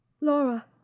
Laura